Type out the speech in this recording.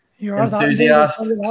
enthusiast